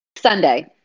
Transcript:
Sunday